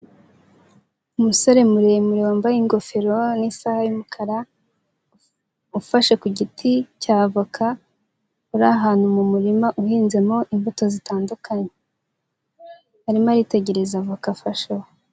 Umusore muremure wambaye ingofero n'isaha y'umukara, ufashe ku giti cya avoka, uri ahantu mu murima uhinzemo imbuto zitandukanye, arimo aritegereza voka afasheho.